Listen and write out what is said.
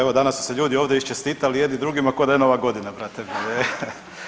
Evo danas su se ljudi ovdje isčestitali jedni drugima ko da je nova godina brate